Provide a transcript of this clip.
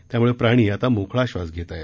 त्याम्ळे प्राणी आता मोकळा श्वास घेत आहेत